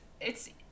it's-